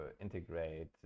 integrate